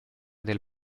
del